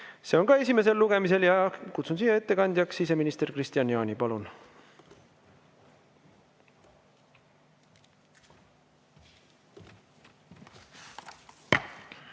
see on ka esimesel lugemisel. Kutsun ettekandjaks siseminister Kristian Jaani. Palun!